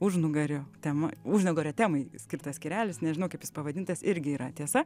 užnugario tema užnugario temai skirtas skyrelis nežinau kaip jis pavadintas irgi yra tiesa